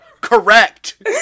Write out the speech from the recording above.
Correct